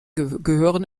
gehören